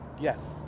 Yes